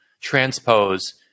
transpose